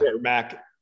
Mac